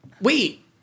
wait